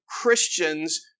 Christians